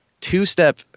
two-step